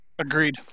Agreed